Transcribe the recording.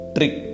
Trick